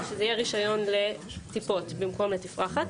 שיהיה רישיון לטיפות במקום לתפרחת,